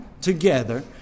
together